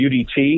UDT